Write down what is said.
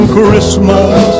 Christmas